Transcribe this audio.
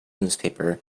newspaper